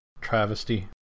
travesty